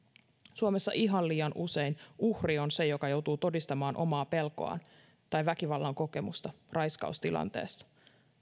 suomessa ihan liian usein uhri on se joka joutuu todistamaan omaa pelkoaan tai väkivallan kokemustaan raiskaustilanteessa